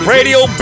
Radio